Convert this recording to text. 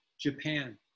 Japan